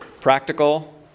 practical